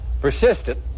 persistent